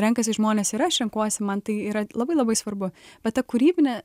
renkasi žmonės ir aš renkuosi man tai yra labai labai svarbu bet ta kūrybinė